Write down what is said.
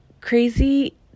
crazy